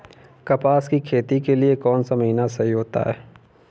कपास की खेती के लिए कौन सा महीना सही होता है?